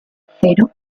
cero